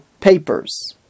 papers